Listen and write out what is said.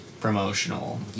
promotional